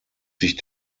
sich